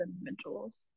individuals